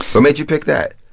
what made you pick that?